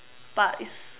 but it's